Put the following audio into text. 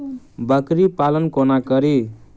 बकरी पालन कोना करि?